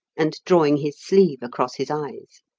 and drawing his sleeve across his eyes.